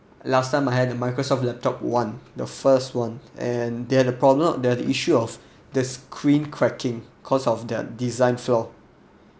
last time I had a microsoft laptop one the first one and they had a problem they have issue of the screen cracking cause of their design flaw